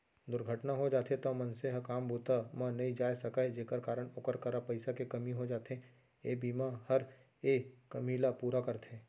दुरघटना हो जाथे तौ मनसे ह काम बूता म नइ जाय सकय जेकर कारन ओकर करा पइसा के कमी हो जाथे, ए बीमा हर ए कमी ल पूरा करथे